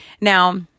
Now